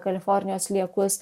kalifornijos sliekus